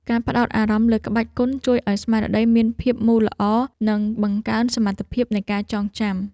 ការផ្ដោតអារម្មណ៍លើក្បាច់គុណជួយឱ្យស្មារតីមានភាពមូលល្អ និងបង្កើនសមត្ថភាពនៃការចងចាំ។